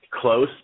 close